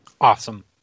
Awesome